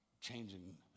changing